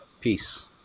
Peace